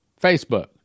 Facebook